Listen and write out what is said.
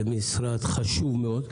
זה משרד חשוב מאוד,